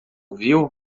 viu